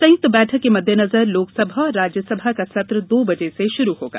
संयुक्त बैठक के मद्देनजर लोकसभा और राज्यसभा का सत्र दो बजे से शुरु होगा